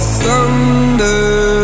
thunder